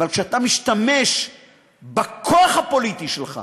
אבל כשאתה משתמש בכוח הפוליטי שלך